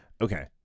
okay